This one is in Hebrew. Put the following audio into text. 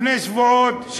לפני שבועות,